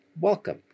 welcome